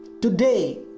today